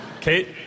Kate